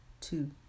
two